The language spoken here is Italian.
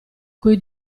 coi